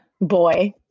boy